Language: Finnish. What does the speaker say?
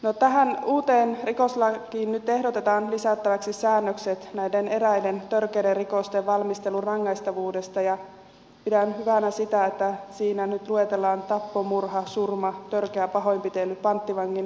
tähän uuteen rikoslakiin nyt ehdotetaan lisättäväksi säännökset näiden eräiden törkeiden rikosten valmistelun rangaistavuudesta ja pidän hyvänä sitä että siinä nyt luetellaan tappo murha surma törkeä pahoinpitely panttivangin ottaminen ja törkeän ryöstön valmistelu